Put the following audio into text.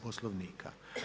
Poslovnika.